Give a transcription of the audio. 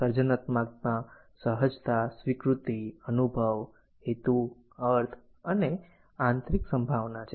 સર્જનાત્મકતા સહજતા સ્વીકૃતિ અનુભવ હેતુ અર્થ અને આંતરિક સંભાવના છે